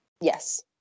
Yes